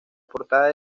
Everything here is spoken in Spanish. portada